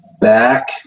Back